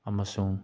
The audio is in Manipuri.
ꯑꯃꯁꯨꯡ